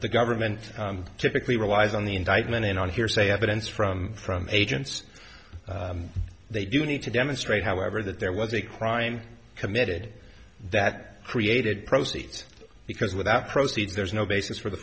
the government typically relies on the indictment in on hearsay evidence from from agents they do need to demonstrate however that there was a crying committed that created proceeds because without proceeds there's no basis for the